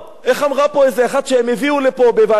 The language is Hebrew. איך אמרה פה איזו אחת שהם הביאו לפה בוועדת,